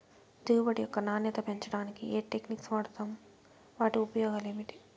దిగుబడి యొక్క నాణ్యత పెంచడానికి ఏ టెక్నిక్స్ వాడుతారు వాటి ఉపయోగాలు ఏమిటి?